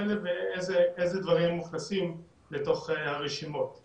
ובוודאי שמערך הסייבר לא סבור שיש עם זה בעיה אם